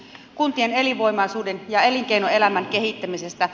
kuntien elinvoimaisuuden ja elinkeinoelämän kehittämisestä